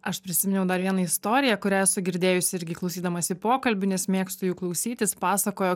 aš prisiminiau dar vieną istoriją kurią esu girdėjusi irgi klausydamasi pokalbių nes mėgstu jų klausytis pasakojo